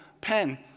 pen